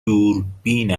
دوربین